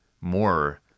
more